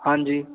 ਹਾਂਜੀ